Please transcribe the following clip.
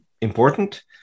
important